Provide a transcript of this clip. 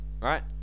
right